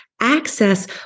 access